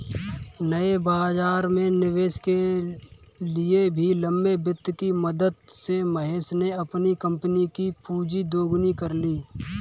नए बाज़ार में निवेश के लिए भी लंबे वित्त की मदद से महेश ने अपनी कम्पनी कि पूँजी दोगुनी कर ली